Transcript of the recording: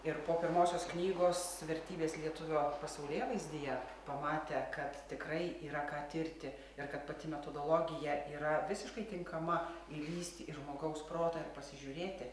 ir po pirmosios knygos vertybės lietuvio pasaulėvaizdyje pamatę kad tikrai yra ką tirti ir kad pati metodologija yra visiškai tinkama įlįsti į žmogaus protą ir pasižiūrėti